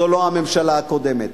זו לא הממשלה הקודמת.